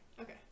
Okay